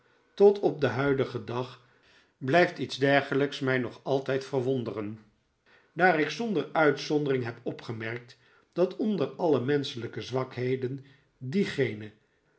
tot op den huidigen dag blijft iets dergelijks mij nog altijd verwonderen daar ik zonder uitzondering heb opgemerkt dat onder alle menschelijke zwakheden diegene